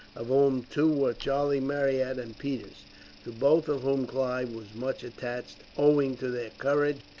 of whom two were charlie marryat and peters to both of whom clive was much attached, owing to their courage,